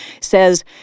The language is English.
says